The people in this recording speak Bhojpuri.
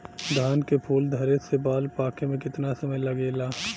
धान के फूल धरे से बाल पाके में कितना समय लागेला?